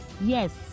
Yes